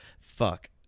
Fuck